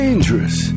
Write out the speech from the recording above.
Dangerous